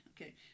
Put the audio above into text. okay